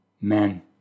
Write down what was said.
men